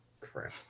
Crap